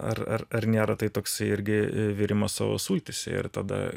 ar ar nėra tai taksi irgi virimas savo sultyse ir tada